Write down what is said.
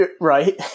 Right